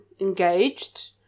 engaged